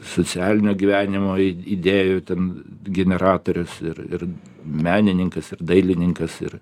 socialinio gyvenimo idėjų ten generatorius ir ir menininkas ir dailininkas ir